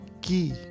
key